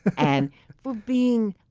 and for being